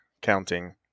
counting